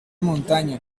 montaña